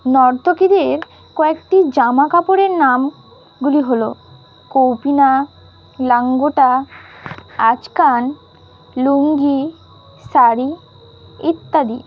নর্তকীদের কয়েকটি জামা কাপড়ের নামগুলি হলো কৌপিন লাঙ্গোটা আচকান লুঙ্গি শাড়ি ইত্যাদি